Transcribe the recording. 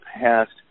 past